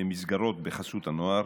למסגרות בחסות הנוער,